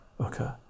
Okay